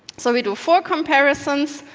so we do four comparisons,